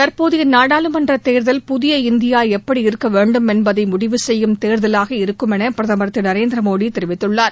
தற்போதைய நாடாளுமன்றத் தேர்தல் புதிய இந்தியா எப்படி இருக்க வேண்டும் என்பதை முடிவு செய்யும் தேர்தலாக இருக்கும் என பிரதமர் திரு நரேந்திர மோடி தெரிவித்துள்ளார்